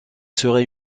serait